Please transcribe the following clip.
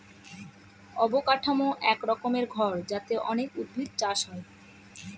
অবকাঠামো এক রকমের ঘর যাতে অনেক উদ্ভিদ চাষ হয়